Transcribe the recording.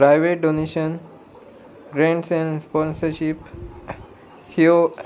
private donation grants and sponsorship ह्यो